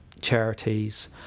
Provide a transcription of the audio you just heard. charities